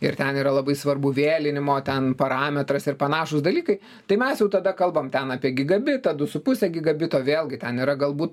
ir ten yra labai svarbu vėlinimo ten parametras ir panašūs dalykai tai mes jau tada kalbam apie gigabitą du su puse gigabaito vėlgi ten yra galbūt